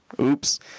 oops